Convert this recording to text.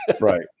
Right